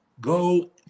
Go